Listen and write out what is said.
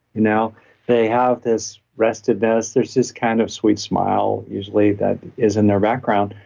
you know they have this rest of this, there's this kind of sweet smile usually that is in their background.